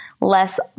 less